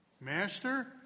Master